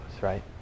right